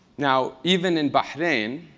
now, even in bahrain,